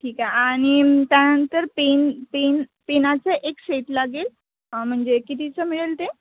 ठीक आहे आणि त्यानंतर पेन पेन पेनाचं एक सेट लागेल म्हणजे कितीचं मिळेल ते